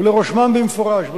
ולרושמן במפורש".